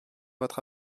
votre